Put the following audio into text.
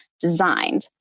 designed